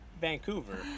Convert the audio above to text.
Vancouver